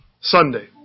Sunday